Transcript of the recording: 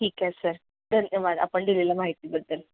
ठीक आहे सर धन्यवाद आपण दिलेल्या माहितीबद्दल